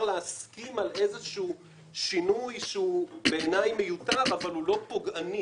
להסכים על איזשהו שינוי שהוא בעיני מיותר אבל הוא לא פוגעני.